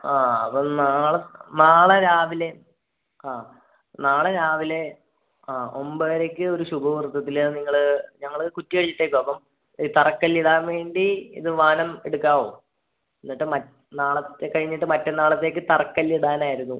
ആ അപ്പോള് നാളെ നാളെ രാവിലെ ആ നാളെ രാവിലെ ആ ഒമ്പതരയ്ക്ക് ഒരു ശുഭ മുഹൂർത്തത്തില് നിങ്ങള് ഞങ്ങള് കുറ്റി അടിച്ചിട്ടേക്കുകയാണ് അപ്പോള് ഈ തറക്കല്ലിടാന്വേണ്ടി ഇത് വാനം എടുക്കാമോ എന്നിട്ട് നാളത്തെ കഴിഞ്ഞിട്ട് മറ്റന്നാളത്തേക്കു തറക്കല്ലിടാനായിരുന്നു